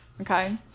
okay